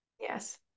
Yes